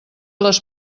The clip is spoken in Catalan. les